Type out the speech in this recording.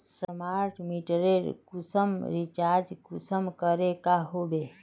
Smart मीटरेर कुंसम recharge कुंसम करे का बो?